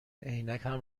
عینکم